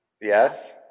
Yes